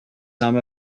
some